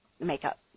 makeup